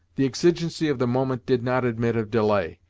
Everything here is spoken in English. the exigency of the moment did not admit of delay,